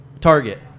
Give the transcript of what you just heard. target